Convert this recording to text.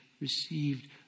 received